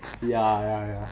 ya ya ya